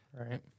Right